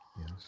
Yes